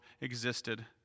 existed